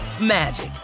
magic